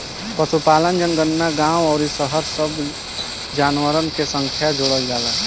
पशुपालन जनगणना गांव अउरी शहर सब के जानवरन के संख्या जोड़ल जाला